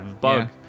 bug